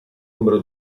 numero